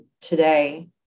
today